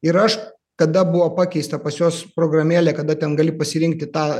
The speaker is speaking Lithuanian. ir aš kada buvo pakeista pas juos programėlė kada ten gali pasirinkti tą